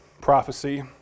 prophecy